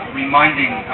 reminding